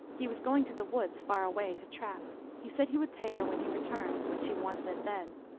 he was going to the woods, far away, to trap he said he would pay her when he returned, but she wanted it then.